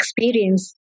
experience